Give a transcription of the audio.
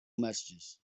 messages